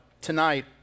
tonight